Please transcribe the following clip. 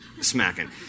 smacking